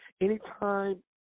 Anytime